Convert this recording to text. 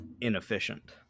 inefficient